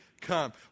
come